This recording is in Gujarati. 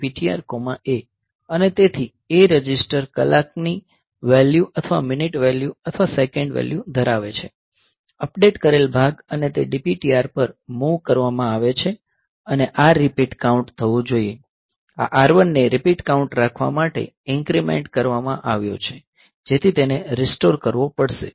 અને તેથી A રજિસ્ટર કલાકની વેલ્યુ અથવા મિનિટ વેલ્યુ અથવા સેકન્ડ વેલ્યુ ધરાવે છે અપડેટ કરેલ ભાગ અને તે DPTR પર મૂવ કરવામાં આવે છે અને આ રીપીટ કાઉન્ટ થવું જોઈએ આ R1 ને રીપીટ કાઉન્ટ રાખવા માટે ઇન્ક્રીમેંટ કરવામાં આવ્યો છે જેથી તેને રીસ્ટોર કરવો પડશે